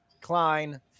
klein